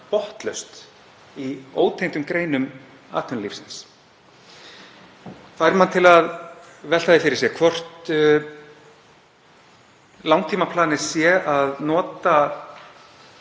botnlaust í ótengdum greinum atvinnulífsins fær mann til að velta því fyrir sér hvort langtímaplanið nýti